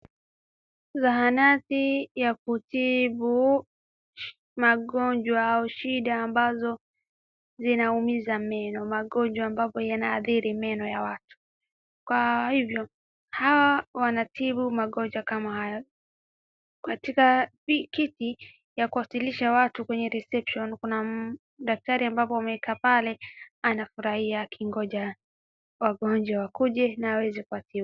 Zahanati ya kutibu magonjwa au shida ambazo zinaumiza meno, magojwa ambapo yanadhiri meno ya watu. Kwa hivyo hawa wanatibu magomjwa kama hayo. Katika kiti ya kuasilisha watu kwenye reception kuna daktari ambapo amekaa pale anafurahia akingojaa wagonjwa wakuje na aweze kuwatibu.